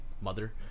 mother